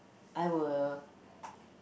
I will